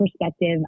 perspective